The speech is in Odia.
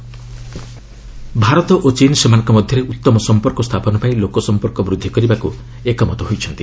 ଇଣ୍ଡିଆ ଚୀନ୍ ଭାରତ ଓ ଚୀନ୍ ସେମାନଙ୍କ ମଧ୍ୟରେ ଉତ୍ତମ ସମ୍ପର୍କ ସ୍ଥାପନ ପାଇଁ ଲୋକସମ୍ପର୍କ ବୃଦ୍ଧି କରିବାକୁ ଏକମତ ହୋଇଛନ୍ତି